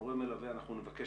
והמורה מלווה, נבקש